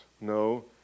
No